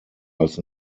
als